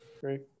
Great